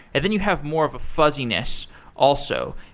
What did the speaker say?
then you have more of a fuzziness also.